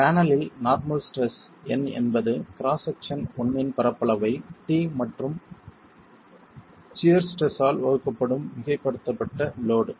பேனலில் normal stress N என்பது cross section l இன் பரப்பளவை t மற்றும் சியர் ஸ்ட்ரெஸ் ஆல் வகுக்கப்படும் மிகைப்படுத்தப்பட்ட லோட்